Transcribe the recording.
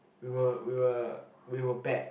we were we were we were bad